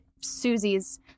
Susie's